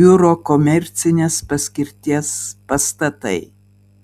biuro komercinės paskirties pastatai